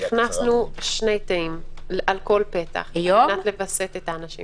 הכנסנו שני תאים על כל פתח על מנת לווסת את האנשים.